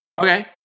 Okay